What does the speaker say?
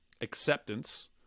acceptance